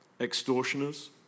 extortioners